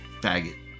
faggot